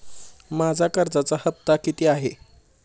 माझा कर्जाचा हफ्ता किती आहे?